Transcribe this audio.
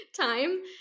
time